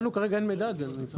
לנו כרגע אין מידע על זה.